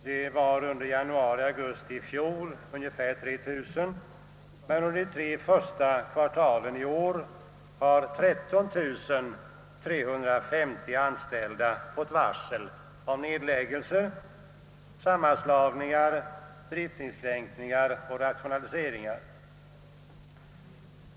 Där var siffran un der perioden januari—augusti i fjol 3 000, medan 13 350 anställda har fått varsel om nedläggelser, sammanslagningar, driftinskränkningar och rationaliseringar under de tre första kvartalen i år.